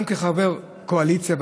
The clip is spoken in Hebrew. גם כחבר קואליציה,